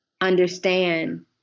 understand